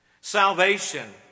Salvation